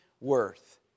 worth